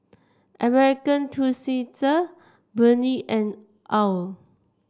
American Tourister Burnie and OWL